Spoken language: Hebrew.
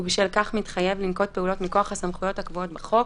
ובשל כך מתחייב לנקוט פעולות מכוח הסמכויות הקבועות בחוק,